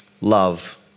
love